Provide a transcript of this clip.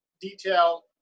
detail